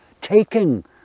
taking